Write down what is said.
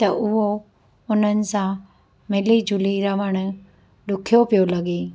त उहो उन्हनि सां मिली जुली रहण ॾुख्यो पियो लॻे